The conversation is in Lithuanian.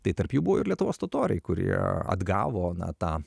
tai tarp jų buvo ir lietuvos totoriai kurie atgavo na tą